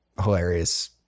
hilarious